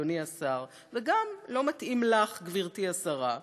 אדוני השר" וגם לא מתאים לך גברתי השרה,